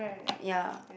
ya